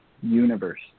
universe